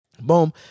Boom